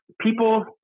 People